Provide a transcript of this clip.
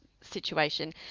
situation